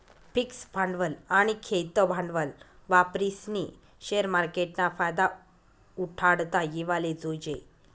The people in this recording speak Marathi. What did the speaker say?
फिक्स भांडवल आनी खेयतं भांडवल वापरीस्नी शेअर मार्केटना फायदा उठाडता येवाले जोयजे